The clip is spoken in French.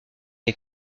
les